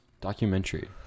documentary